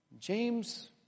James